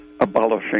abolishing